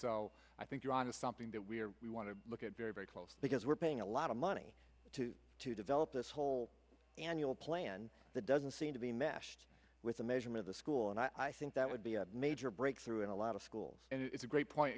so i think you're on to something that we are we want to look at very very close because we're paying a lot of money to to develop this whole annual plan that doesn't seem to be meshed with the measurement of the school and i think that would be a major breakthrough in a lot of schools and it's a great point